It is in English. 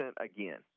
again